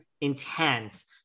intense